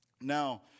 Now